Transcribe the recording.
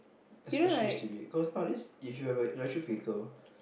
especially H_D_B cause nowadays if you have a electric vehicle